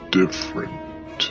different